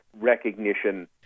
recognition